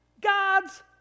God's